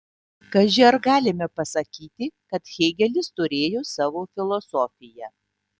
kaži ar galime pasakyti kad hėgelis turėjo savo filosofiją